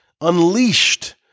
unleashed